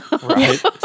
Right